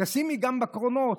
תשימי גם בקרונות.